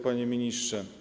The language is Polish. Panie Ministrze!